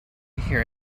hear